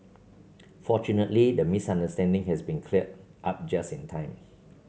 fortunately the misunderstanding has been cleared up just in time